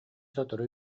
сотору